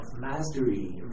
mastery